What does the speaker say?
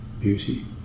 beauty